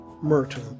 Merton